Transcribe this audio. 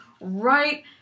right